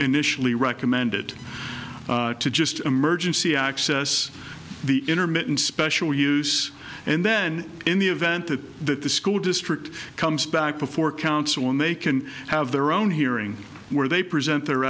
initially recommended to just emergency access the intermittent special use and then in the event the school district comes back before council and they can have their own hearing where they present their